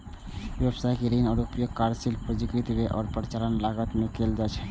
व्यवसायिक ऋण के उपयोग कार्यशील पूंजीगत व्यय आ परिचालन लागत मे कैल जा सकैछ